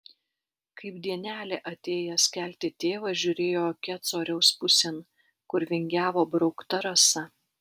kaip dienelė atėjęs kelti tėvas žiūrėjo kecoriaus pusėn kur vingiavo braukta rasa